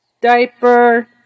diaper